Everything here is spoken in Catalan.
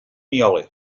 miole